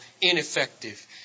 ineffective